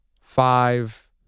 five